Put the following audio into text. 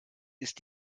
ist